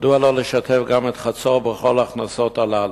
מדוע לא לשתף גם את חצור בכל ההכנסות הללו?